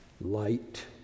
light